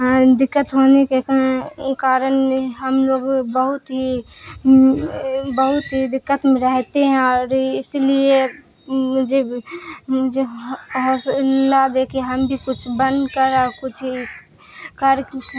دقت ہونے کے کارن ہم لوگ بہت ہی بہت ہی دقت میں رہتے ہیں اور اس لیے مجھے حوصلہ دے کہ ہم بھی کچھ بن کر اور کچھ ہی کر